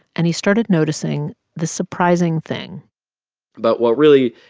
and he started noticing this surprising thing but what, really,